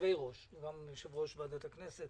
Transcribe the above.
גם יושב-ראש ועדת הכנסת